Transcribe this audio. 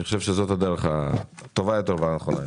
אני חושב שזאת הדרך הטובה יותר והנכונה יותר.